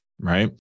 Right